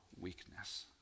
weakness